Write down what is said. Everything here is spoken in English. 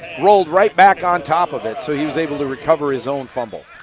rolled right back on top of it. so he was able to recover his own fumble.